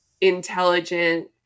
intelligent